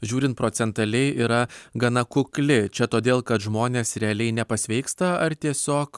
žiūrint procentaliai yra gana kukli čia todėl kad žmonės realiai nepasveiksta ar tiesiog